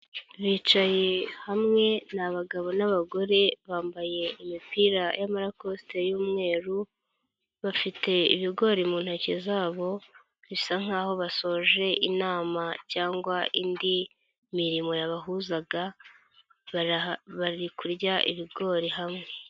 Bicaye hamwe ni abagabo n'abagore bambaye imipira y'amarakosite y'umweru bafite ibigori mu ntoki zabo bisa nkaho basoje inama cyangwa indi mirimo yabahuzaga bari kurya ibigori hamwe.